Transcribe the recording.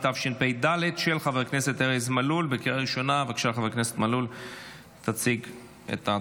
התשפ"ד 2024 עכשיו נעבור לנושא הבא שעל סדר-היום,